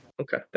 Okay